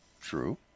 True